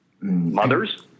Mothers